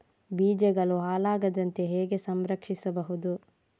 ಬೀಜಗಳು ಹಾಳಾಗದಂತೆ ಹೇಗೆ ಸಂರಕ್ಷಿಸಬಹುದು?